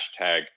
hashtag